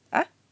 !huh!